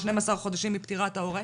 12 חודשים מפטירת ההורה.